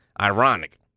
Ironic